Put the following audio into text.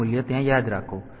તેથી આ મૂલ્યો ત્યાં યાદ રાખો